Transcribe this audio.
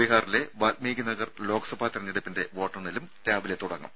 ബീഹാറിലെ വാല്മീകി നഗർ ലോക്സഭാ തെരഞ്ഞെടുപ്പിന്റെ വോട്ടെണ്ണലും രാവിലെ തുടങ്ങും